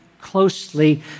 closely